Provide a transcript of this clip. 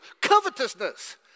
Covetousness